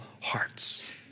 hearts